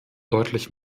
deutlich